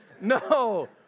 No